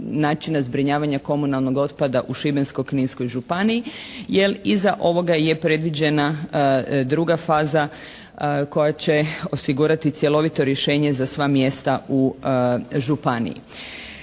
načina zbrinjavanja komunalnog otpada u Šibensko-kninskoj županiji jer iza ovoga je predviđena druga faza koja će osigurati cjelovito rješenje za sva mjesta u županiji.